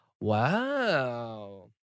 Wow